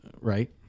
right